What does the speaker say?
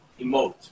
emote